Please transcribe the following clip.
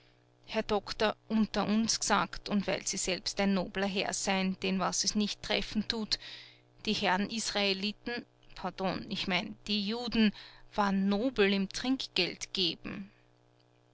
herr doktor unter uns gesagt und weil sie selbst ein nobler herr sein den was es nicht treffen tut die herren israeliten pardon ich mein die juden waren nobel im